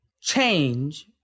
change